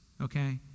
okay